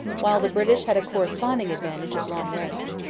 while the british had a corresponding advantage at long range.